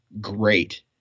great